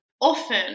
often